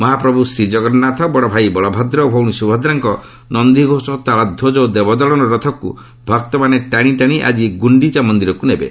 ମହାପ୍ରଭୁ ଶ୍ରୀଜଗନ୍ନାଥ ବଡ଼ଭାଇ ବଳଭଦ୍ର ଓ ଭଉଣୀ ସୁଭଦ୍ରାଙ୍କ ନନ୍ଦିଘୋଷ ତାଳଧ୍ୱଜ ଓ ଦେବଦଳନ ରଥକୁ ଭକ୍ତମାନେ ଟାଣି ଟାଣି ଆକି ଗୁଣ୍ଡିଚା ମନ୍ଦିରକୁ ନେବେ